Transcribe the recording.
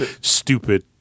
stupid